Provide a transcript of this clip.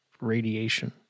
radiation